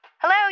Hello